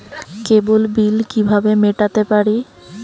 কেবল bill কিভাবে মেটাতে পারি?